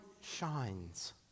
shines